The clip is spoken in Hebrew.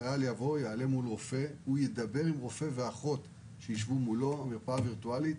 חיל יעלה מול רופא או אחות, תהיה מפראה וירטואלית.